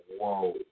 whoa